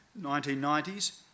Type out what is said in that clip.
1990s